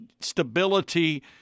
stability